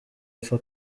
apfa